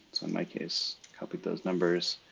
so in my case copy those numbers.